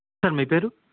sir మీ పేరు